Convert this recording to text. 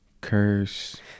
Curse